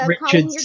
Richard